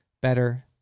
better